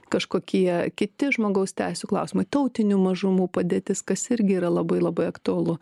kažkokie kiti žmogaus teisių klausimai tautinių mažumų padėtis kas irgi yra labai labai aktualu